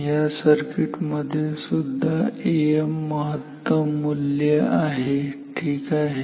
या सर्किट मध्ये सुद्धा Am महत्तम मूल्य आहे ठीक आहे